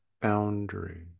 boundary